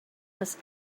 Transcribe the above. was